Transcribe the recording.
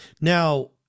now